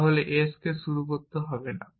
তাহলে s কে শুরু করতে হবে না